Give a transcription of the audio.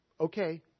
okay